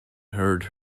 heard